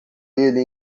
ele